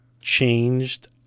changed